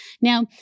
Now